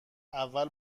اول